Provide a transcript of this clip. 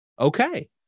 Okay